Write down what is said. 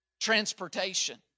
transportation